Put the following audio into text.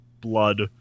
blood